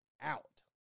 out